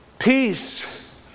Peace